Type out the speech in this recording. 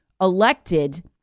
elected